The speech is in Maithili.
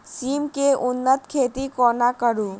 सिम केँ उन्नत खेती कोना करू?